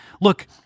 look